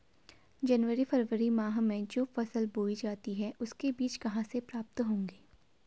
जनवरी फरवरी माह में जो फसल बोई जाती है उसके बीज कहाँ से प्राप्त होंगे?